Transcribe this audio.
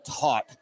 taught